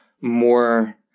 more